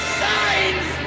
signs